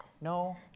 No